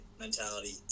mentality